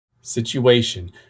situation